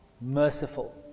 merciful